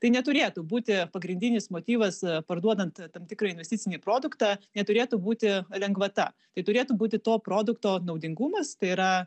tai neturėtų būti pagrindinis motyvas parduodant tam tikrą investicinį produktą neturėtų būti lengvata tai turėtų būti to produkto naudingumas tai yra